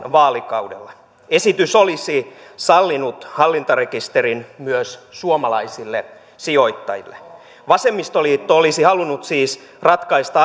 vaalikaudella esitys olisi sallinut hallintarekisterin myös suomalaisille sijoittajille vasemmistoliitto olisi halunnut siis ratkaista